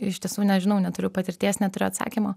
iš tiesų nežinau neturiu patirties neturiu atsakymo